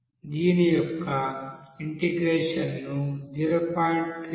5xsxs యొక్క integration ను 0